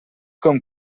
com